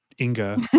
Inga